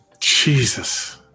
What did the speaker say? Jesus